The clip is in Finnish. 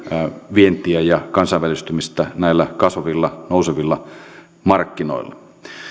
vientiä ja kansainvälistymistä näillä kasvavilla nousevilla markkinoilla